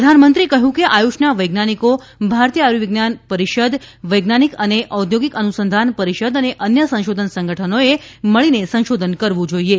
પ્રધાનમંત્રીએ કહ્યું કે આયુષના વૈજ્ઞાનિકી ભારતીય આર્યુવિજ્ઞાન પરિષદ વૈજ્ઞાનિક અને ઔદ્યોગિક અનુસંધાન પરિષદ અને અન્ય સંશોધન સંગઠનોએ મળીને સંશોધન કરવું જોઇએ